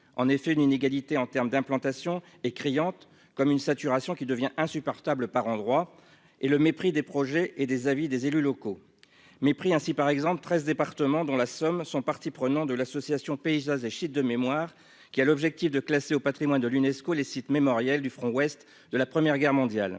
en effet, une inégalité en termes d'implantation est criante comme une saturation qui devient insupportable par endroits et le mépris des projets et des avis des élus locaux mais pris ainsi par exemple, 13 départements dans la Somme sont partie prenant de l'association Paysages et je cite de mémoire qui a l'objectif de classer au Patrimoine de l'UNESCO, les sites mémoriels du front ouest de la première guerre mondiale,